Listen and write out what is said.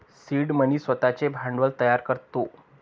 seed money स्वतःचे भांडवल तयार करतो